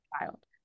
child